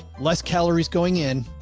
less calories going in.